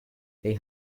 they